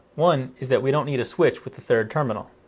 one is that we don't need a switch with the third terminal.